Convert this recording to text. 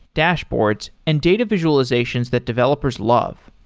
dashboards and data visualizations that developers love.